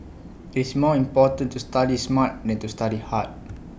it's more important to study smart than to study hard